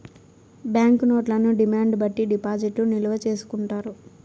bank నోట్లను demand బట్టి డిపాజిట్లు నిల్వ చేసుకుంటారు